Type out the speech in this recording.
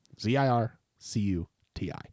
Z-I-R-C-U-T-I